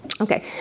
Okay